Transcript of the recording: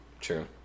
True